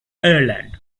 ireland